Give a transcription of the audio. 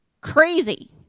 crazy